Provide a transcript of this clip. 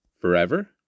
Forever